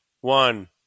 one